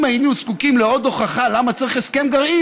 אם היינו זקוקים לעוד הוכחה למה צריך הסכם גרעין,